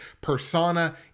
persona